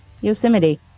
Yosemite